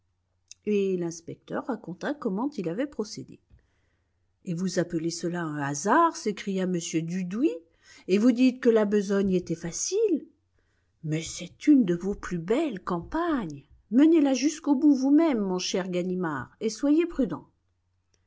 et l'inspecteur raconta comment il avait procédé et vous appelez cela un hasard s'écria m dudouis et vous dites que la besogne était facile mais c'est une de vos plus belles campagnes menez la jusqu'au bout vous-même mon cher ganimard et soyez prudent